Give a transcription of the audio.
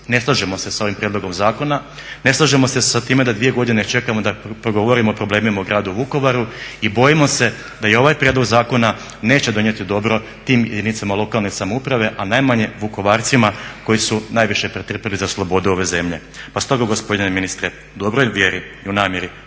ne slažemo se s ovim prijedlogom zakona, ne slažemo se sa time da dvije godine čekamo da progovorimo o problemima o gradu Vukovaru i bojimo se da i ovaj prijedlog zakona neće donijeti dobro tim jedinicama lokalne samouprave, a najmanje Vukovarcima koji su najviše pretrpili za slobodu ove zemlje. Pa stoga gospodine ministre u dobroj vjeri i u namjeri